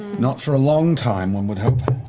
not for a long time, one would hope.